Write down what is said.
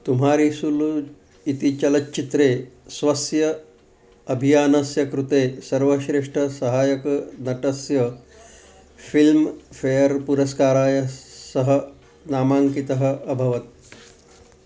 तुम्हारी शुलु इति चलच्चित्रे स्वस्य अभिनयस्य कृते सर्वश्रेष्ठसहायकनटस्य फिल्म् फ़ेर् पुरस्काराय सः नामाङ्कितः अभवत्